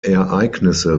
ereignisse